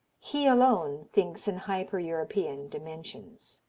he alone thinks in hyper-european dimensions.